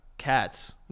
cats